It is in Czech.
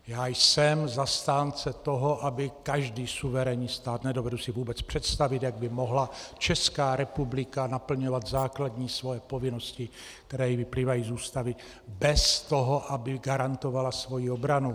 Já jsem zastánce toho, aby každý suverénní stát nedovedu si vůbec představit, jak by mohla Česká republika naplňovat základní svoje povinnosti, které jí vyplývají z Ústavy, bez toho, aby garantovala svoji obranu.